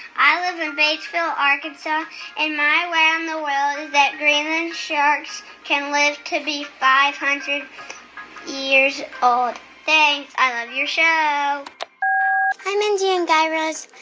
i live in batesville, ark. and so and my wow in the world is that greenland sharks can live to be five hundred years old. thanks. i love your show hi mindy and guy raz.